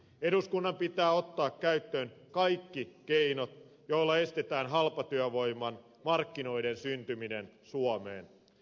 eduskunnan pitää ottaa käyttöön kaikki keinot joilla estetään halpatyövoiman markkinoiden syntyminen suomeen